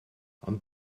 ond